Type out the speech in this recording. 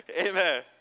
amen